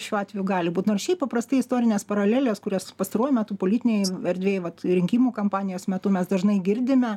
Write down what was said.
šiuo atveju gali būt nors šiaip paprastai istorinės paralelės kurias pastaruoju metu politinėj erdvėj vat rinkimų kampanijos metu mes dažnai girdime